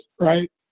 right